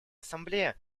ассамблея